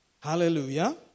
Hallelujah